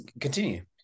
continue